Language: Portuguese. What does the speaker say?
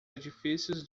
edifícios